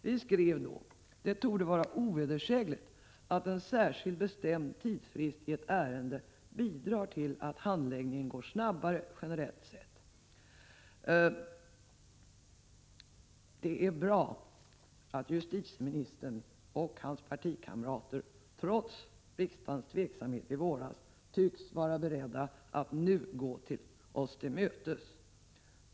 Vi skrev då: ”Det torde vara ovedersägligt att en särskild bestämd tidfrist i ett ärende bidrar till att handläggningen går snabbare, generellt sett.” Det är bra att justitieministern och hans partikamrater, trots riksdagens tveksamhet i våras, tycks vara beredda att nu gå oss till mötes.